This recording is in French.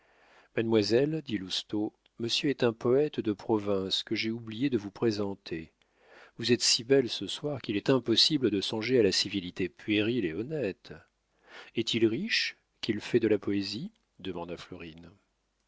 mademoiselle dit lousteau monsieur est un poète de province que j'ai oublié de vous présenter vous êtes si belle ce soir qu'il est impossible de songer à la civilité puérile et honnête est-il riche qu'il fait de la poésie demanda florine